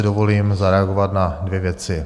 Dovolím si zareagovat na dvě věci.